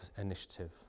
initiative